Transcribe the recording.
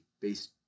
based